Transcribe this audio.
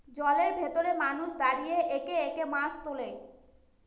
জলের ভেতরে মানুষ দাঁড়িয়ে একে একে মাছ তোলে